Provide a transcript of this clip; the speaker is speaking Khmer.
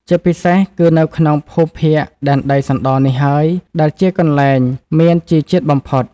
ជាពិសេស គឺនៅក្នុងភូមិភាគដែនដីសណ្ដនេះហើយដែលជា កន្លែងមានជីរជាតិបំផុត។